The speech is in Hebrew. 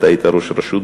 אתה היית ראש רשות,